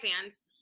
fans